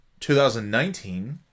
2019